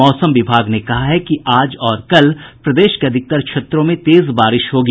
मौसम विभाग ने कहा है कि आज और कल प्रदेश के अधिकतर क्षेत्रों में तेज बारिश होगी